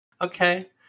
Okay